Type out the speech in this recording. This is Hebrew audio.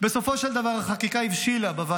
בסופו של דבר החקיקה הבשילה בוועדת